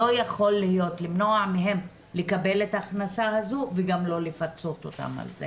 אי אפשר למנוע מהם לקבל את ההכנסה הזאת וגם לא לפצות אותם על זה